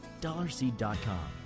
DollarSeed.com